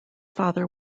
father